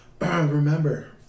Remember